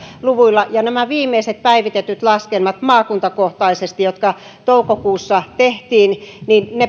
luvuilla nämä viimeiset päivitetyt laskelmat maakuntakohtaisesti jotka toukokuussa tehtiin